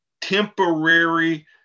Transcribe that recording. temporary